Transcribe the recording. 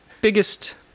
biggest